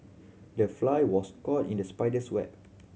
the fly was caught in the spider's web